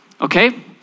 Okay